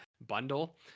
bundle